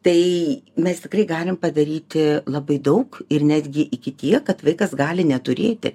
tai mes tikrai galim padaryti labai daug ir netgi iki tiek kad vaikas gali neturėti